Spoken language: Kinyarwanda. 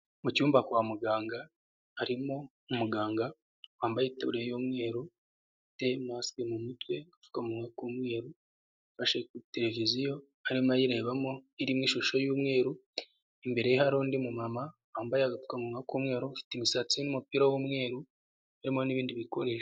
Mu cyumba kwa muganga harimo umuganga wambaye ituburiya y'umweru, ufite masike mu mutwe, agapfukamunwa k'umweru, afashe kuri televiziyo arimo ayirebamo irimo ishusho y'umweru, imbere ye hari undi mu mama wambaye agapfukamunwa k'umweru, ufite imisatsi n'umupira w'umweru harimo n'ibindi bikoresho.